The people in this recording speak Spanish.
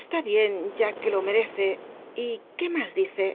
está bien ya que lo merece y qué más dice